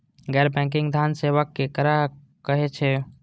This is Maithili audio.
गैर बैंकिंग धान सेवा केकरा कहे छे?